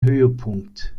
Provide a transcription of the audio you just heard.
höhepunkt